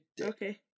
Okay